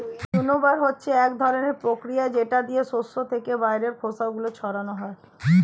উইন্নবার হচ্ছে এক ধরনের প্রতিক্রিয়া যেটা দিয়ে শস্য থেকে বাইরের খোসা গুলো ছাড়ানো হয়